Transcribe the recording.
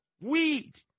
Weed